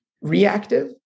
reactive